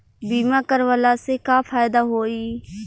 बीमा करवला से का फायदा होयी?